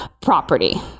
property